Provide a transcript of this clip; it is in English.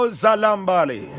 zalambali